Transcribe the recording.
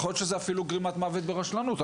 יכו להית שזה אפילו גרימת מוות ברשלנות,